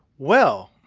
well